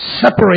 Separate